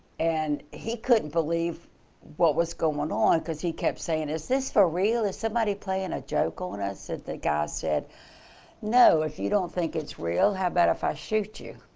and he couldn't believe what was going on ah on because he kept saying is this for real, is somebody playing a joke on us. the guy said no, if you don't think its real, how about if i shoot you.